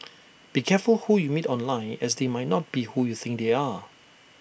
be careful who you meet online as they might not be who you think they are